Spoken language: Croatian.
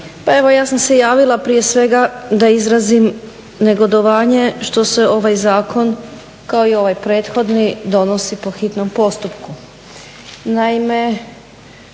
Pa evo ja sam se javila prije svega da izrazim negodovanje što se ovaj zakon kao i ovaj prethodni donosi po hitnom postupku.